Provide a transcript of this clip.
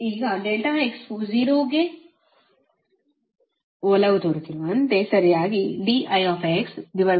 ಈಗ ∆x ವು 0 ಗೆ ಒಲವು ತೋರುತ್ತಿರುವಂತೆ ಸರಿಯಾಗಿ dIdxyV ಬರೆಯಬಹುದು